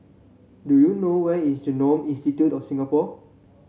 do you know where is Genome Institute of Singapore